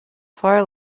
far